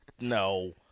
No